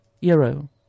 Euro